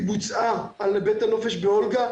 היא בוצעה על בית הנופש באולגה.